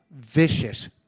vicious